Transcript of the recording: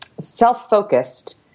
self-focused